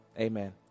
Amen